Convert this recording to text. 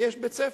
כי יש בית-ספר.